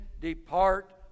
depart